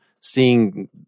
seeing